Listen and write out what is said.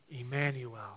Emmanuel